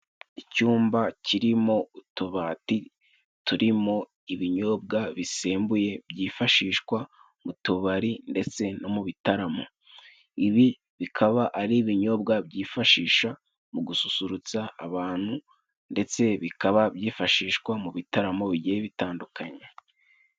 Icyumba kiri mo utubati turi mo ibinyobwa bisembuye, byifashishwa mu tubari ndetse no mu bitaramo. Ibi bikaba ari ibinyobwa byifashisha mu gususurutsa abantu, ndetse bikaba byifashishwa mu bitaramo, bigiye bitandukanye.